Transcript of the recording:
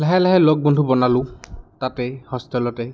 লাহে লাহে লগ বন্ধু বনালোঁ তাতেই হোষ্টেলতেই